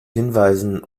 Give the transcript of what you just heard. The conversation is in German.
hinweisen